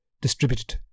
distributed